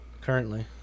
Currently